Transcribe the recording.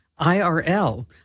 IRL